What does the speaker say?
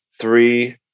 three